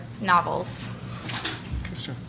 novels